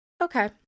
Okay